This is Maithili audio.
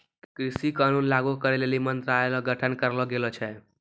कृषि कानून लागू करै लेली मंत्रालय रो गठन करलो गेलो छै